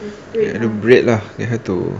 let them bread lah they have to